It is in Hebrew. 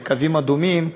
"קווים אדומים",